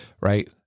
right